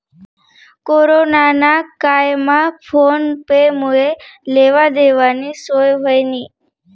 corona ना कायमा PhonePe मुये लेवा देवानी सोय व्हयनी